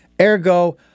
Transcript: Ergo